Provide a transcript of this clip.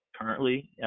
currently